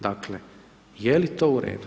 Dakle, je li to u redu?